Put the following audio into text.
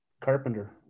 Carpenter